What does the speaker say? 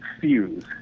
fuse